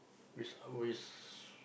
we we